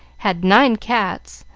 had nine cats,